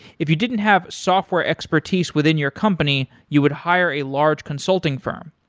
if you didn't have software expertise within your company you would hire a large consulting firm.